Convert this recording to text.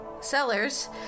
Sellers